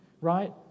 right